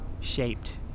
shaped